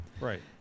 Right